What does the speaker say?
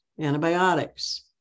antibiotics